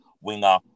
winger